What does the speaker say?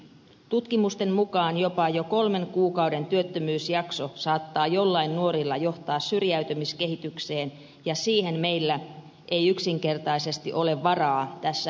tutkimusten mukaan jopa jo kolmen kuukauden työttömyysjakso saattaa joillain nuorilla johtaa syrjäytymiskehitykseen ja siihen meillä ei yksinkertaisesti ole varaa tässä yhteiskunnassa